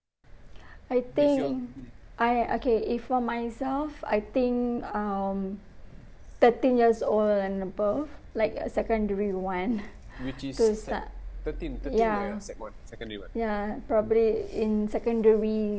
I think I okay if for myself I think um thirteen years old and above like uh secondary one those uh ya ya probably in secondary